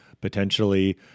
Potentially